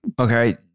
Okay